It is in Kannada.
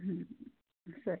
ಹ್ಞೂಂ ಸರಿ